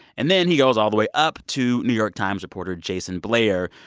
and then he goes all the way up to new york times reporter jayson blair,